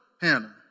Hannah